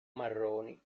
marroni